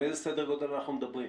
על איזה סדר גודל אנחנו מדברים?